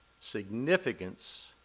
significance